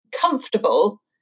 comfortable